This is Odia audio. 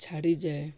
ଛାଡ଼ିଯାଏ